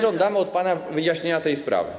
Żądamy od pana wyjaśnienia tej sprawy.